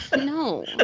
No